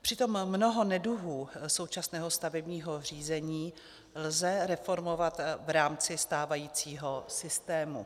Přitom mnoho neduhů současného stavebního řízení lze reformovat v rámci stávajícího systému.